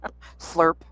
Slurp